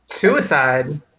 Suicide